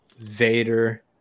vader